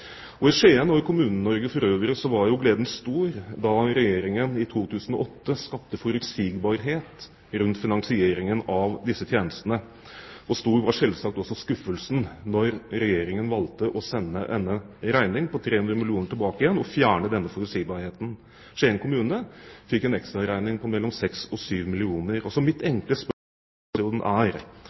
I Skien og i Kommune-Norge for øvrig var gleden stor da Regjeringen i 2008 skapte forutsigbarhet rundt finansieringen av disse tjenestene, og stor var selvsagt også skuffelsen da Regjeringen valgte å sende en regning på 300 mill. kr tilbake igjen, og fjerne denne forutsigbarheten. Skien kommune fikk en ekstraregning på mellom 6 og 7 mill. kr. Mitt enkle spørsmål til statsråden er: